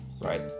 right